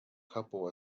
couple